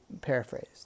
paraphrased